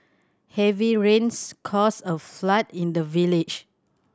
heavy rains caused a flood in the village